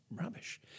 rubbish